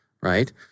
right